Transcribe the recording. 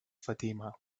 fatima